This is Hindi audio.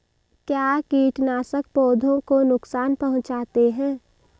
क्या कीटनाशक पौधों को नुकसान पहुँचाते हैं?